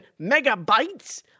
megabytes